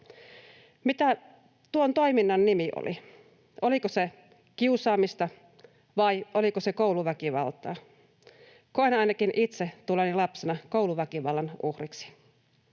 Mikä tuon toiminnan nimi oli, oliko se kiusaamista vai oliko se kouluväkivaltaa? Koen ainakin itse tulleeni lapsena kouluväkivallan uhriksi.